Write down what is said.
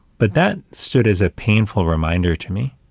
but that stood as a painful reminder to me,